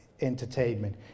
entertainment